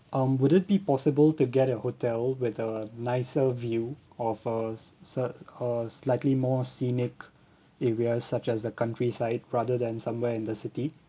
um would it be possible to get a hotel with a nicer view of a s~ s~ uh uh slightly more scenic area such as the countryside rather than somewhere in the city